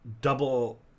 double